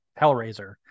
Hellraiser